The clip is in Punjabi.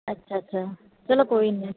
ਅੱਛਾ ਅੱਛਾ ਚਲੋ ਕੋਈ ਨਹੀਂ